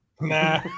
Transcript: nah